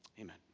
amen